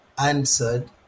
answered